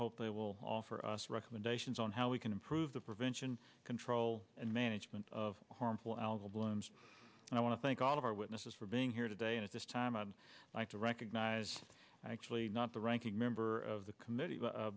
hope they will offer us recommendations on how we can improve the prevention control and management of harmful algal blooms and i want to thank all of our witnesses for being here today and at this time i'd like to recognize actually not the ranking member of the committee but